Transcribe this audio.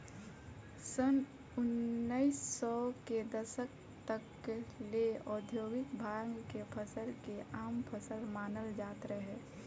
सन उनऽइस सौ के दशक तक ले औधोगिक भांग के फसल के आम फसल मानल जात रहे